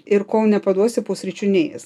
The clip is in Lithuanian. ir kol nepaduosi pusryčių neis